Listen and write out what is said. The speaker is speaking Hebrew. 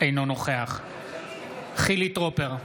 אינו נוכח חילי טרופר,